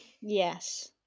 Yes